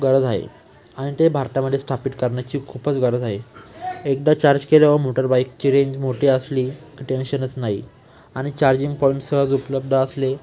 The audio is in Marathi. गरज आहे आणि ते भारतामध्ये स्थापित करण्याची खूपच गरज आहे एकदा चार्ज केल्यावर मोटरबाईक ची रेंज मोठी असली की टेन्शनच नाही आणि चार्जिंग पॉईंट् सहज उपलब्ध असले